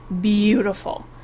beautiful